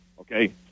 okay